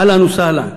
אהלן וסהלן.